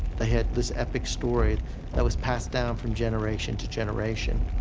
had this epic story that was passed down from generation to generation.